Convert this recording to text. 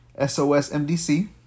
SOSMDC